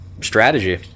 strategy